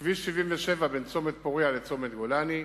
כביש 77 בין צומת פורייה לצומת גולני,